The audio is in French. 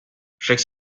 chaque